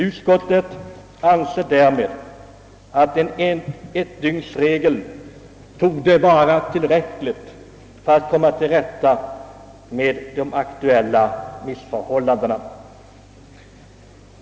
Utskottet anser därför, att en ettdygnsregel torde vara tillräcklig för att komma till rätta med de aktuella missförhållandena.